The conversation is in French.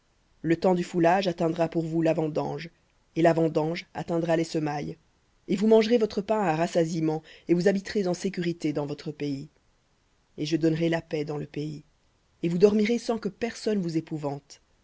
le temps du foulage atteindra pour vous la vendange et la vendange atteindra les semailles et vous mangerez votre pain à rassasiement et vous habiterez en sécurité dans votre pays et je donnerai la paix dans le pays et vous dormirez sans que personne vous épouvante